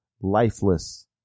lifeless